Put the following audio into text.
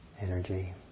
energy